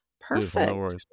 perfect